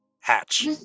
Hatch